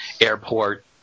airport